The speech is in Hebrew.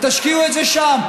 ותשקיעו את זה שם,